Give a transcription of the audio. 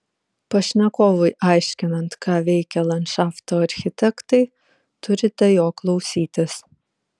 pašnekovui aiškinant ką veikia landšafto architektai turite jo klausytis